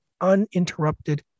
uninterrupted